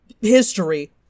history